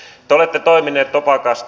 te olette toiminut topakasti